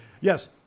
Yes